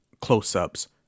close-ups